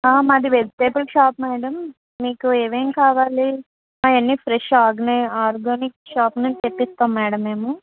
మాది vegetable shop madam మీకు ఏమేమి కావాలి మావి అన్నీ ఫ్రెష్ ఆర్గానిక్ ఆర్గానిక్ షాప్ నుంచి తెప్పిస్తాం మేడమ్ మేము